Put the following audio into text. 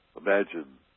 Imagine